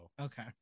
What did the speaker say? okay